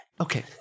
Okay